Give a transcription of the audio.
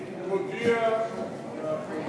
אני מודיע לפרוטוקול,